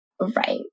Right